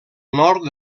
nord